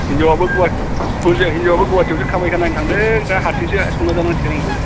हिन्जावाबो गुवाहाटी हिन्जावाबो गुवाहाटीयावसो कामाख्या नायनो थांदों दा हारसिंसो संना जानांसिगोन आंबो